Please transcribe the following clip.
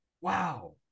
Wow